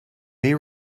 may